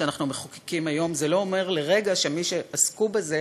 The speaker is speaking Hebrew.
שאנחנו מחוקקים היום זה לא אומר לרגע שמי שעסקו בזה